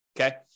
Okay